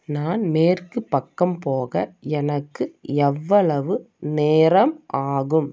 நான் மேற்கு பக்கம் போக எனக்கு எவ்வளவு நேரம் ஆகும்